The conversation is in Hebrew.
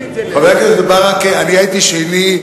חבר הכנסת ברכה, אני הייתי שני.